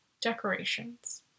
decorations